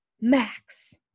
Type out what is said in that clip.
max